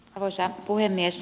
arvoisa puhemies